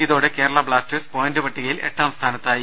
ഇതോടെ Kerala Blasters point പട്ടികയിൽ എട്ടാം സ്ഥാനത്തായി